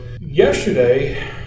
yesterday